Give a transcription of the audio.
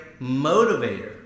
motivator